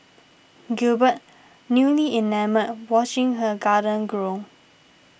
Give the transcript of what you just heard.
Gilbert newly enamoured watching her garden grow